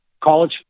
College